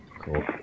Cool